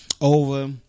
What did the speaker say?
over